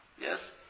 Yes